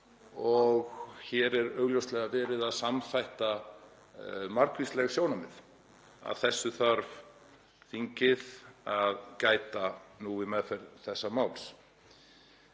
og hér er augljóslega verið að samþætta margvísleg sjónarmið. Að þessu þarf að gæta nú við meðferð þessa máls.